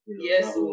Yes